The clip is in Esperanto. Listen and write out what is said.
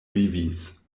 vivis